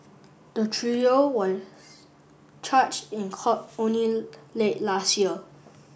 the trio was charged in court only late last year